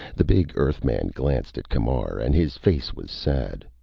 the big earthman glanced at camar, and his face was sad.